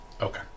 Okay